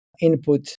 input